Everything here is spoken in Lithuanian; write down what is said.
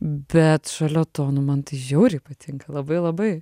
bet šalia to nu man tai žiauriai patinka labai labai